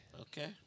Okay